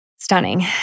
Stunning